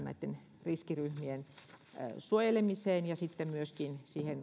näitten riskiryhmien suojelemiseen ja sitten myöskin siihen